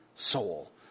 Soul